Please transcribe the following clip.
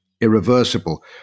irreversible